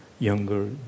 younger